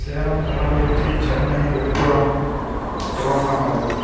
Salem Kallakurichi Chennai Villupuram Tiruvannamalai